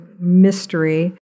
mystery